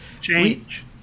Change